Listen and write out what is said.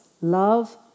love